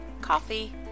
Coffee